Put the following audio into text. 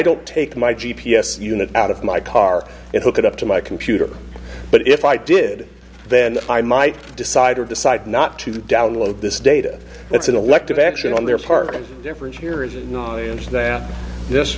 don't take my g p s unit out of my car and hook it up to my computer but if i did then i might decide or decide not to download this data that's an elective action on their part difference here is in the audience that this